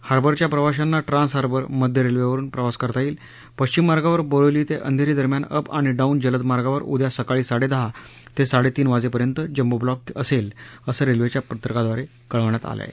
हार्बरच्या प्रवाशांना trans harbour मध्य रेल्वेवरुन प्रवास करता येईल पश्चिम मार्गावर बोरिवली ते अधेरी दरम्यान अप आणि डाउन जलद मार्गावर उद्या सकाळी साडे दहा ते साडे तीन वाजेपर्यंत जम्बो ब्लॉक असेल असं रेल्वेच्या पत्रकाद्वारे कळवण्यात आलंय